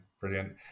brilliant